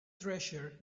treasure